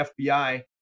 FBI